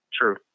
True